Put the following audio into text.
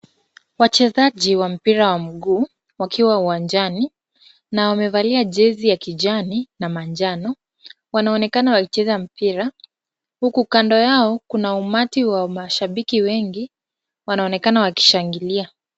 Wachezaji wa mpira wa mguu wakiwa uwanjani na wamevalia jezi ya kijani na manjano wanaonekana wakicheza mpira huku kando yao kuna umati wa mashabiki wengi wanaonekana wakishangilia.